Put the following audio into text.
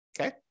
Okay